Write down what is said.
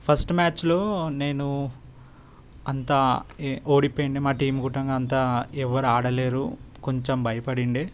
first మ్యాచ్లో నేను అంతా ఓడిపోయింది మా టీమ్ గుట్టంగా అంతా ఎవరు ఆడలేరు కొంచెం భయపడిండే